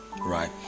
right